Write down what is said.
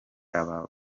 aba